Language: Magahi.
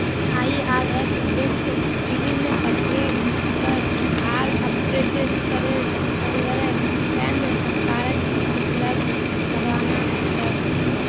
आई.आर.एस उद्देश्य विभिन्न प्रत्यक्ष कर आर अप्रत्यक्ष करेर संग्रह केन्द्र सरकारक उपलब्ध कराना छे